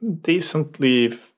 decently